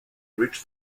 reached